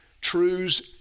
truths